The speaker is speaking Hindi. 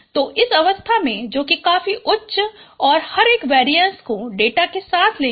तो इस अवस्था में जो कि काफी उच्च और हर एक वेरीएंस को डेटा के साथ लेगा